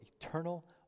eternal